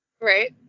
right